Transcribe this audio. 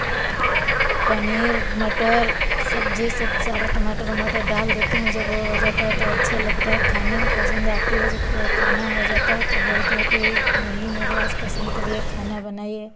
पनीर मटर सब्जी सब सारा टमाटर उमाटर डाल देती हूँ जब वह हो जाता है तो अच्छा लगता है खाने में पसंद आती है जबकि वह खाना हो जाता है तो बोलते हैं कि ज मम्मी मेरे आज पसंद के लिए खाना बनाइए